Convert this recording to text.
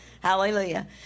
Hallelujah